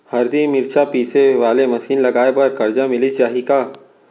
हरदी, मिरचा पीसे वाले मशीन लगाए बर करजा मिलिस जाही का?